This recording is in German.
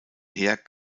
heer